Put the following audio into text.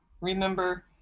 remember